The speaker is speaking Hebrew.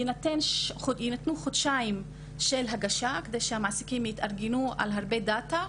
יינתנו חודשיים של הגשה כדי שהמעסיקים יתארגנו על הרבה דאטה,